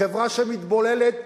חברה שמתבוללת,